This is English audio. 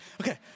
Okay